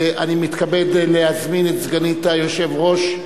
אני מתכבד להזמין את סגנית היושב-ראש,